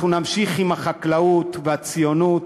אנחנו נמשיך עם החקלאות והציונות,